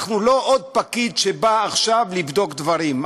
אנחנו לא עוד פקיד שבא עכשיו לבדוק דברים,